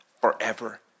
forever